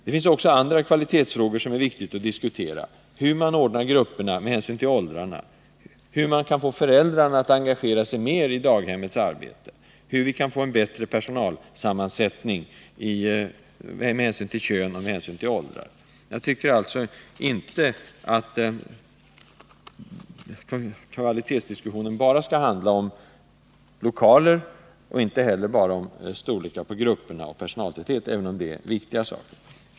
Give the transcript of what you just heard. Det finns också andra kvalitetsfrågor som det är viktigt att diskutera: hur man ordnar grupperna med hänsyn till åldrarna, hur man får föräldrarna att engagera sig mer i daghemsarbetet, hur man kan få en bättre personalsammansättning med hänsyn till kön och åldrar. Jag tycker alltså inte att kvalitetsdiskussionen bara skall handla om lokaler och inte heller bara om storlekar på grupper och personaltäthet — även om det är viktiga saker.